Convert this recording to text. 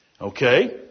Okay